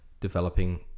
developing